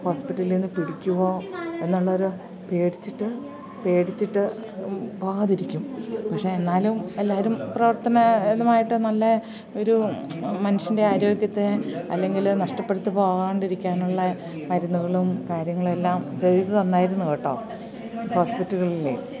ഹോസ്പിറ്റലിൽനിന്ന് പിടിക്കുമോ എന്നുള്ളൊരു പേടിച്ചിട്ട് പേടിച്ചിട്ട് പോകാതിരിക്കും പക്ഷേ എന്നാലും എല്ലാവരും പ്രവർത്തന ഇതുമായിട്ട് നല്ല ഒരു മനുഷ്യൻ്റെ ആരോഗ്യത്തെ അല്ലെങ്കിൽ നഷ്ടപ്പെടുത്തി പോകാണ്ടിരിക്കാനുള്ള മരുന്നുകളും കാര്യങ്ങളും എല്ലാം ചെയ്തു തന്നിരുന്നു കേട്ടോ ഹോസ്പിറ്റലുകളിലെ